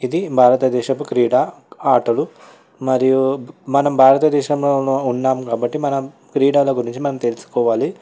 ఇది భారతదేశపు క్రీడా ఆటలు మరియు మనం భారతదేశంలో ఉన్నాము కాబట్టి మనం క్రీడలో గురించి మనం తెలుసుకోవాలి